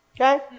Okay